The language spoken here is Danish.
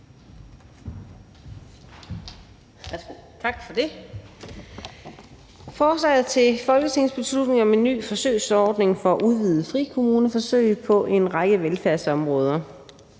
Tak for det. Forslaget til folketingsbeslutning omhandler en ny forsøgsordning for udvidede frikommuneforsøg på en række velfærdsområder